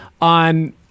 on